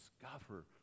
discover